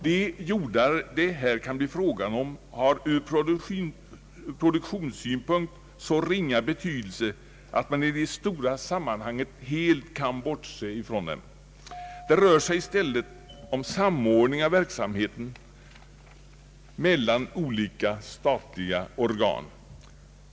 De jordar det här kan bli fråga om har ur produktionssynpunkt så ringa betydelse att man i det stora sammanhanget helt kan bortse därifrån. Det rör sig i stället om samordning av verksamheten mellan olika statliga organ.